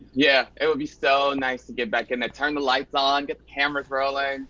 yeah, it will be so nice to get back in there. turn the lights on, get the cameras rolling.